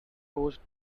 coached